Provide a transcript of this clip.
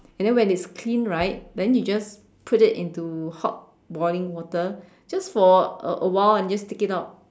and then when it's clean right then you just put it into hot boiling water just for a a while and just take it out